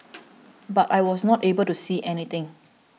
but I was not able to see anything